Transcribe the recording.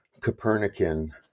Copernican